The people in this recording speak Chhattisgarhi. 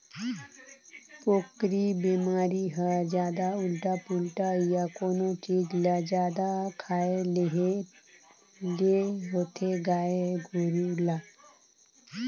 पोकरी बेमारी हर जादा उल्टा पुल्टा य कोनो चीज ल जादा खाए लेहे ले होथे गाय गोरु ल